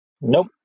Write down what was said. Nope